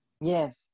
Yes